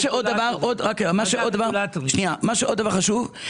דבר חשוב נוסף,